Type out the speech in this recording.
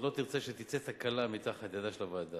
אתה בטח לא תרצה שתצא תקלה מתחת ידה של הוועדה.